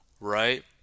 right